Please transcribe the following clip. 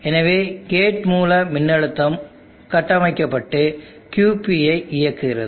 எனவே கேட் மூல மின்னழுத்தம் கட்டமைக்கப்பட்டு QP ஐ இயக்குகிறது